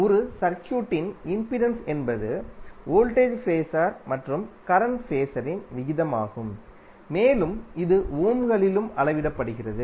ஒரு சர்க்யூட்டின் இம்பிடன்ஸ் என்பது வோல்டேஜ் ஃபேஸர் மற்றும் கரண்ட் ஃபேஸரின் விகிதமாகும் மேலும் இது ஓம்களிலும் அளவிடப்படுகிறது